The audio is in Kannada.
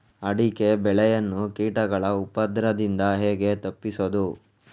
ಅಡಿಕೆ ಬೆಳೆಯನ್ನು ಕೀಟಗಳ ಉಪದ್ರದಿಂದ ಹೇಗೆ ತಪ್ಪಿಸೋದು?